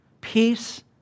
peace